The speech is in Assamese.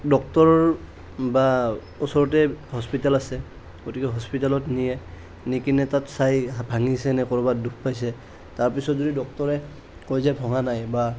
ডক্টৰ বা ওচৰতে হস্পিতাল আছে গতিকে হস্পিতেলত নিয়ে নি কিনে তাত চায় ভাঙিছে নে ক'ৰবাত দুখ পাইছে তাৰপিছত যদি ডক্টৰে কয় যে ভঙা নাই বা